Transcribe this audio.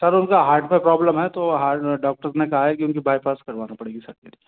sir उनका heart में problem है तो हार डॉक्टर ने कहा है कि उनका बाईपास करवाना पड़ेगा